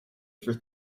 for